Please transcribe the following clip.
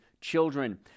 children